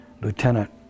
Lieutenant